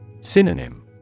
Synonym